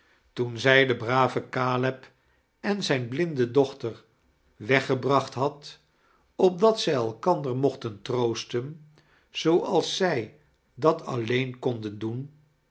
toen zij den braven caleb n zijne blinde dochter weggebracht had opdat zij elkander moohten troosten zooals zij dat alleen konden doen